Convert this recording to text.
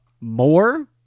more